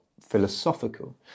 philosophical